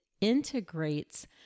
integrates